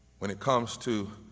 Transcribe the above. when it comes to